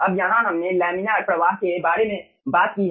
अब यहां हमने लैमिनार प्रवाह के बारे में बात की है